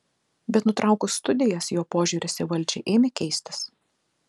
bet nutraukus studijas jo požiūris į valdžią ėmė keistis